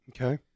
Okay